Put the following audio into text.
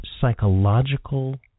psychological